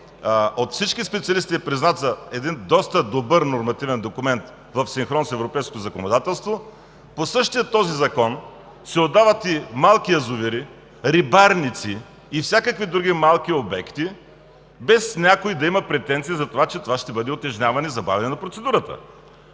от всички специалисти е признат за един доста добър нормативен документ, в синхрон с европейското законодателство, по същия този закон се отдават и малки язовири, рибарници и всякакви други малки обекти без някой да има претенции, че това ще бъде утежняване и забавяне на процедурата.